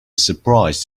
surprise